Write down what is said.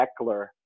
Eckler